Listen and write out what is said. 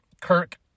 Kirk